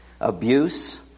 abuse